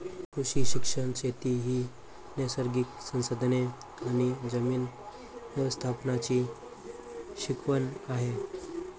कृषी शिक्षण शेती ही नैसर्गिक संसाधने आणि जमीन व्यवस्थापनाची शिकवण आहे